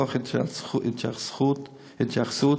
תוך התייחסות